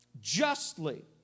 justly